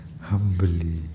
humbly